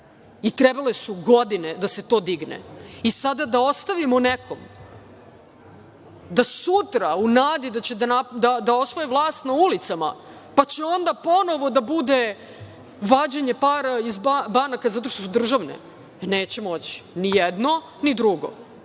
Trebale su godine da se to digne. Sada da ostavimo nekom da sutra u nadi da će da osvoje vlast na ulicama, pa će onda ponovo da bude vađenje para iz banaka zato što su državne. E, neće moći, ni jedno ni drugo.